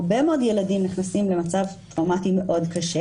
הרבה מאוד ילדים נכנסים למצב טראומתי קשה,